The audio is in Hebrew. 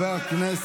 תודה רבה.